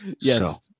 Yes